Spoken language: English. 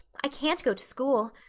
i can't go to school.